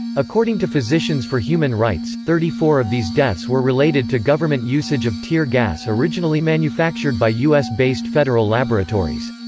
according to physicians for human rights, thirty four of these deaths were related to government usage of tear gas originally manufactured by u s based federal laboratories.